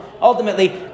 Ultimately